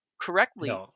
correctly